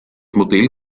modell